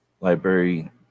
library